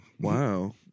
Wow